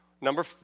Number